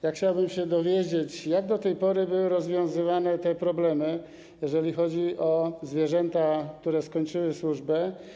Ja chciałbym się dowiedzieć, jak do tej pory były rozwiązywane te problemy, jeżeli chodzi o zwierzęta, które skończyły służbę.